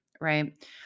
right